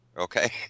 okay